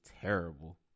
terrible